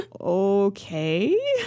Okay